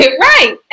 Right